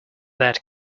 that